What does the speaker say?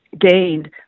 gained